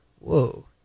whoa